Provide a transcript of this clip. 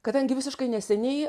kadangi visiškai neseniai